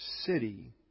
city